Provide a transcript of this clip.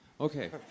Okay